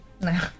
No